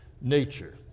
nature